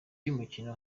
y’umukino